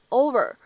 over